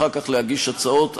אחר כך להגיש הצעות,